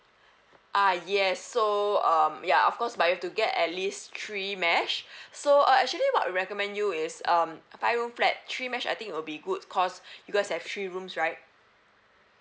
ah yes so um ya of course but you have to get at least three mesh so uh actually what I recommend you is um five room flat three mesh I think it'll be good cause you guys have three rooms right